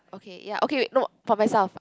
okay ya okay wait no for myself